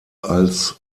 als